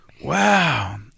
wow